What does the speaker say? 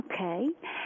Okay